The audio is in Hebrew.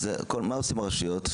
אז מה עושות הרשויות?